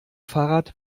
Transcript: fahrrad